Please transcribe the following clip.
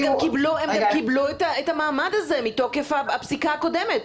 הם גם קיבלו את המעמד הזה מתוקף הפסיקה הקודמת.